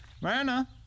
Marina